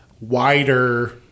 wider